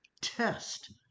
test